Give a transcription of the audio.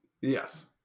Yes